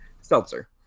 Seltzer